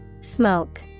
Smoke